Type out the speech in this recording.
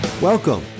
Welcome